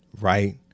right